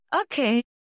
okay